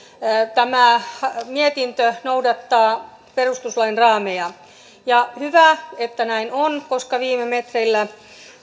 tämä mietintö noudattaa perustuslain raameja hyvä että näin on koska viime metreillä